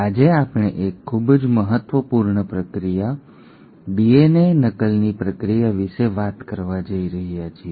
આજે આપણે એક ખૂબ જ મહત્વપૂર્ણ પ્રક્રિયા ડીએનએ નકલની પ્રક્રિયા વિશે વાત કરવા જઈ રહ્યા છીએ